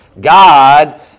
God